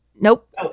Nope